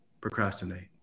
procrastinate